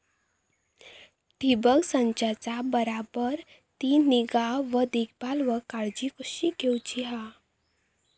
ठिबक संचाचा बराबर ती निगा व देखभाल व काळजी कशी घेऊची हा?